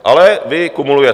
Ale vy kumulujete.